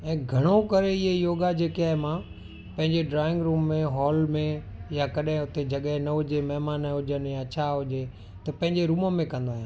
ऐं घणो करे ईअ योगा जेके आहे मां पंहिंजे ड्रॉइंग रूम में हॉल में या कॾहिं हुते जॻहि न हुजे महिमान हुजनि या छा हुजे त पंहिंजे रूम में कंदो आहियां